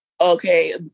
Okay